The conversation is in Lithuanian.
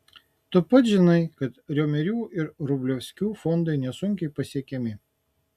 tu pats žinai kad riomerių ar vrublevskių fondai nesunkiai pasiekiami